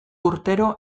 urtero